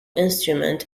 instrument